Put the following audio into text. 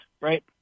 right